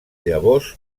llavors